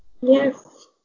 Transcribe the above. Yes